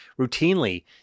routinely